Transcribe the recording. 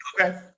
Okay